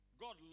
God